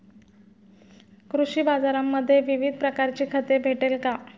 कृषी बाजारांमध्ये विविध प्रकारची खते भेटेल का?